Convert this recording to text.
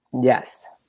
Yes